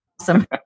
Awesome